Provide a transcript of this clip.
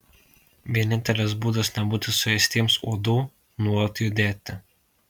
vienintelis būdas nebūti suėstiems uodų nuolat judėti